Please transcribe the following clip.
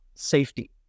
Safety